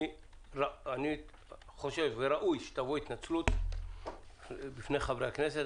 אני סבור שראוי שתבוא התנצלות בפני חברי הכנסת.